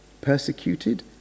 Persecuted